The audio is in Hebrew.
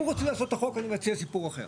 אם רוצים לשנות את החוק, אני מצע סיפור אחר.